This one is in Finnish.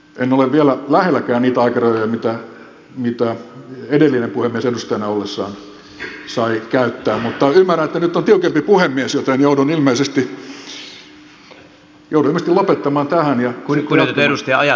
en ole vielä lähelläkään niitä aikarajoja mitä puhemies edustajana ollessaan sai käyttää mutta ymmärrän että nyt on tiukempi puhemies joten joudun ilmeisesti lopettamaan tähän